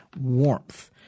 warmth